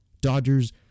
Dodgers